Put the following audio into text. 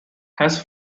hash